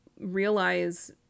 realize